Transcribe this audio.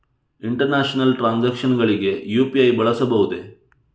International transactions ಗಳಿಗೆ UPI ಬಳಸಬಹುದೇ?